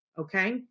okay